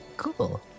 Cool